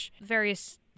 various